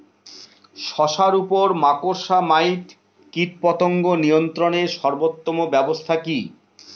শশার উপর মাকড়সা মাইট কীটপতঙ্গ নিয়ন্ত্রণের সর্বোত্তম ব্যবস্থা কি?